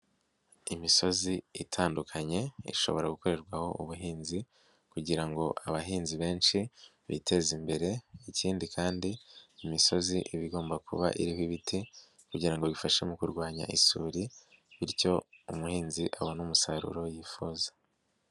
Imisozi itandukanye, ishobora gukorerwaho ubuhinzi kugira ngo abahinzi benshi biteze imbere, ikindi kandi imisozi iba igomba kuba iriho ibiti kugira ngo bifashe mu kurwanya isuri, bityo umuhinzi abone umusaruro yifuza.